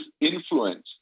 influence